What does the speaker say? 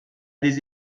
des